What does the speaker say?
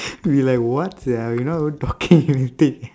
we are like [what] sia we not even talking or anything